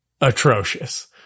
atrocious